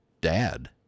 dad